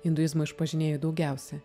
induizmo išpažinėjų daugiausia